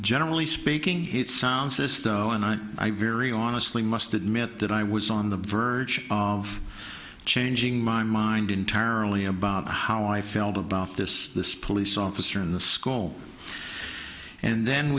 generally speaking it's sound system and i very honestly must admit that i was on the verge of changing my mind entirely about how i felt about this this police officer in the school and then